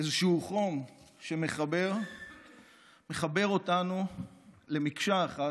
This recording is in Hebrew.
איזשהו חום שמחבר אותנו למקשה אחת,